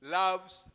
loves